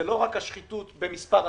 זה לא רק השחיתות במספר השרים,